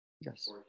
yes